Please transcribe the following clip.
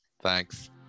Thanks